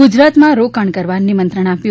ગુજરાતમાં રોકાણ કરવા નિમંત્રણ આપ્યું